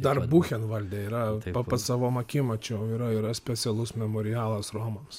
dar buchenvalde yra pats savom akim mačiau yra yra specialus memorialas romams